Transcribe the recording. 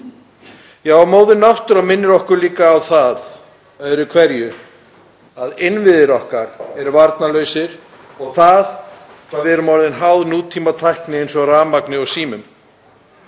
Móðir náttúra minnir okkur líka á það öðru hverju að innviðir okkar eru varnarlausir og hvað við erum orðin háð nútímatækni eins og rafmagni og símum.